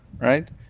right